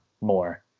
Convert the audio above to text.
more